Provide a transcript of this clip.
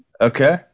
Okay